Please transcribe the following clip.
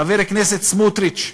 חבר הכנסת סמוטריץ,